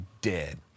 dead